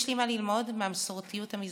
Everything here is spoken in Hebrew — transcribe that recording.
יש לי מה ללמוד מהמסורתיות המזרחית,